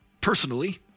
personally